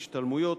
השתלמויות,